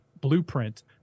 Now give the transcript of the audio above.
blueprint